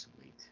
sweet